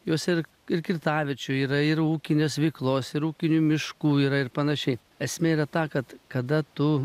jos ir ir kirtaviečių yra ir ūkinės veiklos ir ūkinių miškų yra ir panašiai esmė yra ta kad kada tu